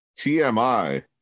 TMI